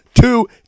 Two